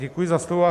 Děkuji za slovo.